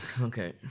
Okay